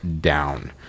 down